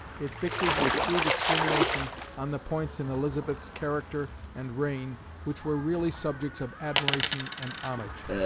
it fixes with true discrimination on the points in elizabeth's character and reign which were really subjects of admiration and homage.